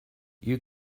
you